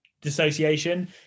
dissociation